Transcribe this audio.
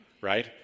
Right